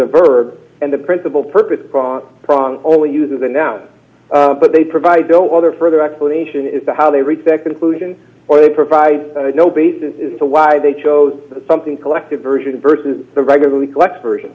of verbs and the principal purpose only uses a noun but they provide only other further explanation as to how they respect inclusion or they provide no basis as to why they chose something collective version versus the regularly collected version